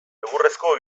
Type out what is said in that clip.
egurrezko